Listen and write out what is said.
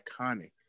iconic